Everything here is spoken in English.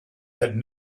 had